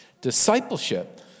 Discipleship